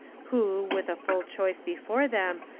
who, with a full choice before them,